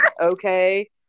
okay